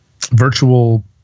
virtual